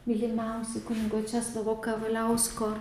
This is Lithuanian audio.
mylimiausi kunigo česlovo kavaliausko